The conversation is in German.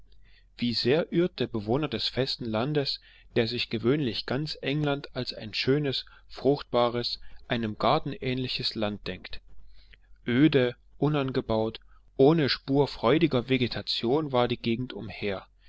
wie sehr irrt der bewohner des festen landes der sich gewöhnlich ganz england als ein schönes fruchtbares einem garten ähnliches land denkt öde unangebaut ohne spur freudiger vegetation war die gegend umher